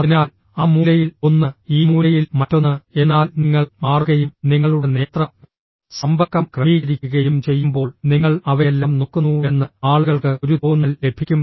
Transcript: അതിനാൽ ആ മൂലയിൽ ഒന്ന് ഈ മൂലയിൽ മറ്റൊന്ന് എന്നാൽ നിങ്ങൾ മാറുകയും നിങ്ങളുടെ നേത്ര സമ്പർക്കം ക്രമീകരിക്കുകയും ചെയ്യുമ്പോൾ നിങ്ങൾ അവയെല്ലാം നോക്കുന്നുവെന്ന് ആളുകൾക്ക് ഒരു തോന്നൽ ലഭിക്കും